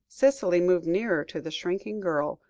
cicely moved nearer to the shrinking girl,